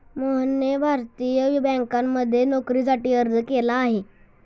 मोहनने भारतीय बँकांमध्ये नोकरीसाठी अर्ज केला आहे